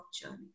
journey